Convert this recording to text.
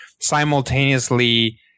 simultaneously